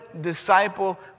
disciple